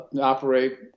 operate